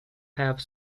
have